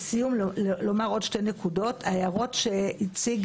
ההערות שהציג